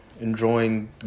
Enjoying